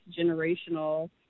generational